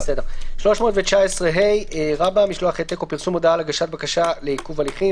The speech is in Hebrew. "משלוח העתק ופרסום הודעה על הגשת בקשה לעיכוב הליכים